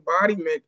embodiment